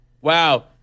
Wow